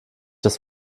das